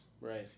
Right